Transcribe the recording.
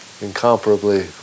incomparably